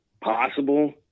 possible